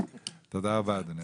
תודה רבה אדוני.